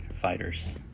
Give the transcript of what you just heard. fighters